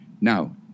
Now